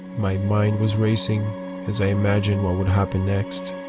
my mind was racing as i imagined what would happen next.